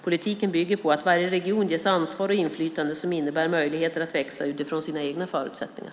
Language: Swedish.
Politiken bygger på att varje region ges ansvar och inflytande som innebär möjligheter att växa utifrån sina egna förutsättningar.